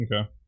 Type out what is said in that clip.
okay